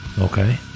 Okay